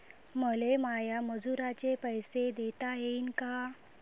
मले माया मजुराचे पैसे देता येईन का?